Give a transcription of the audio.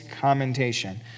commentation